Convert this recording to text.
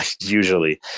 usually